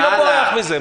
אני לא בורח מזה.